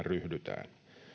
ryhdytään